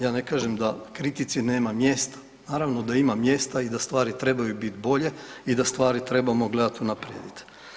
Ja ne kažem da kritici nema mjesta, naravno da ima mjesta i da stvari trebaju bit bolje i da stvari trebamo gledati unaprijed.